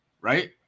right